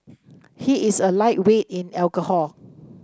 he is a lightweight in alcohol